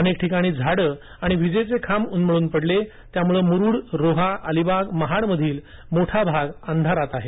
अनेक ठिकाणी झाडं आणि विजेचे खांब उन्मळून पडले त्यामुळे मुरूड रोहा अलिबाग महाडमधील मोठा भाग अंधारात आहे